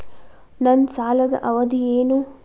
ನನ್ನ ಸಾಲದ ಅವಧಿ ಏನು?